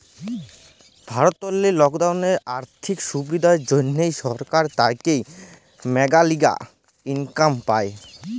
ভারতেল্লে লকদের আথ্থিক সুবিধার জ্যনহে সরকার থ্যাইকে ম্যালাগিলা ইস্কিম পায়